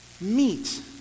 meet